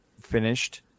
finished